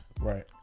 right